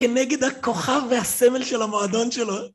כנגד הכוכב והסמל של המועדון שלו.